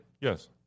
Yes